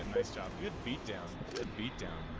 i stop you'd be down deadbeat down